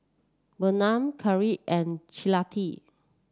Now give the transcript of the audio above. Bertram Karyl and Citlali